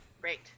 Great